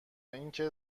اینکه